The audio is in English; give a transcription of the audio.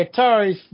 Atari